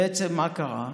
בעצם, מה קרה?